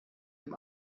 dem